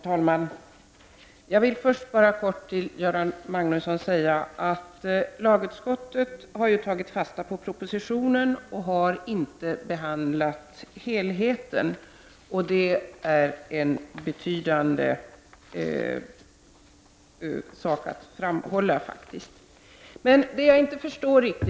Herr talman! Jag vill först helt kort till Göran Magnusson säga att lagutskottet har tagit fasta på propositionen och har inte behandlat helheten. Det är något som förtjänar att framhållas.